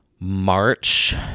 March